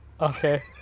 Okay